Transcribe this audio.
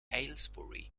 aylesbury